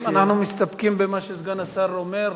אם אנחנו מסתפקים במה שסגן השר אומר,